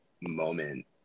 moment